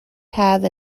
have